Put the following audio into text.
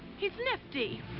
he's nifty.